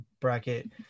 bracket